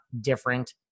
different